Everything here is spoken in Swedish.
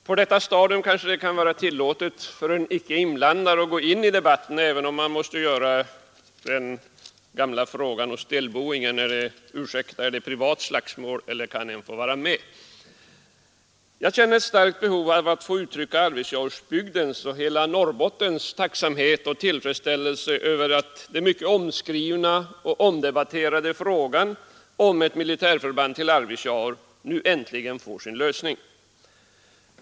På detta stadium kanske det kan vara tillåtet för en icke-inblandad att gå in i debatten, även om man måste ställa delsboingens gamla fråga: ”Ursäkta, är det privat slagsmål eller kan en få vara med?” Jag känner ett starkt behov av att få uttrycka Arvidsjaurbygdens och hela Norrbottens tacksamhet och tillfredsställelse över att den mycket omskrivna och omdebatterade frågan om ett militärförband till Arvidsjaur nu äntligen får sin lösning.